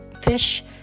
fish